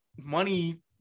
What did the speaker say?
money